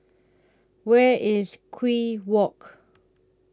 Where IS Kew Walk